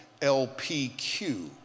LPQ